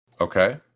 Okay